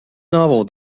novel